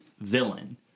villain